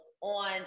on